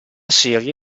serie